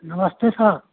नमस्ते सर